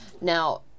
Now